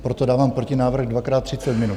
Proto dávám protinávrh dvakrát 30 minut.